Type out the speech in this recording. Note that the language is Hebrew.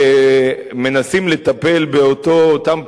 מנסים לטפל בכל אותם פערים,